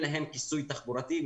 הן להן כיסוי תחבורתי.